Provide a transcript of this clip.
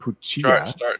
Start